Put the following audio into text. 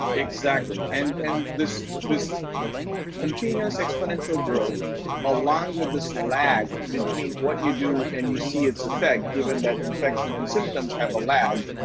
exactly, and and this this continuous exponential growth along with this lag between what you do, and you see its effect, given that infection and symptoms have a lag.